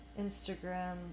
Instagram